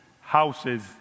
houses